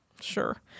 Sure